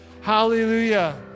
Hallelujah